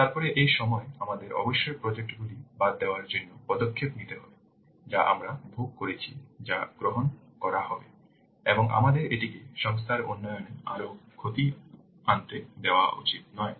তারপরে এই সময় আমাদের অবশ্যই প্রজেক্ট গুলি বাদ দেওয়ার জন্য পদক্ষেপ নিতে হবে যা আমরা ভোগ করেছি যা গ্রহণ করা হবে এবং আমাদের এটিকে সংস্থার উন্নয়নে আরও ক্ষতি আনতে দেওয়া উচিত নয়